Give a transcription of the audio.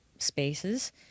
spaces